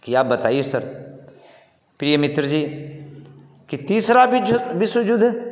कि आप बताईये सर प्रिय मित्र जी कि तीसरा भी जू विश्व युद्ध